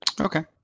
Okay